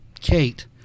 Kate